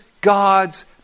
God's